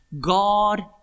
God